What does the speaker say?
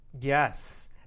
Yes